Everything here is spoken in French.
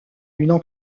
d’une